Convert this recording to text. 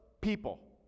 people